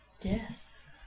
Yes